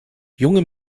junge